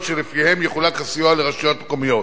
שלפיהן יחולק הסיוע לרשויות מקומיות,